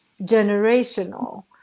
generational